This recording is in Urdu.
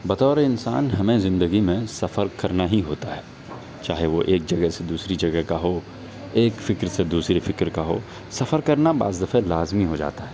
بطور انسان ہمیں زندگی میں سفر کرنا ہی ہوتا ہے چاہے وہ ایک جگہ سے دوسری جگہ کا ہو ایک فکر سے دوسری فکر کا ہو سفر کرنا بعض دفعہ لازمی ہو جاتا ہے